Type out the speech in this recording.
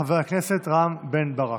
חבר הכנסת רם בן ברק.